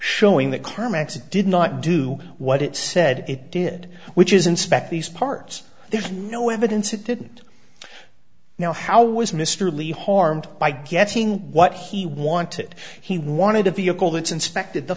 comics did not do what it said it did which is inspect these parts there's no evidence it didn't know how was mr li harmed by getting what he wanted he wanted a vehicle that inspected the